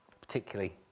particularly